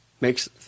makes